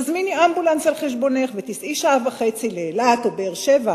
תזמיני אמבולנס על חשבונך ותיסעי שעה וחצי לאילת או באר-שבע.